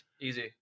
easy